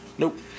Nope